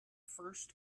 first